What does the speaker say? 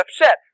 upset